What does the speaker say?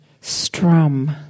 strum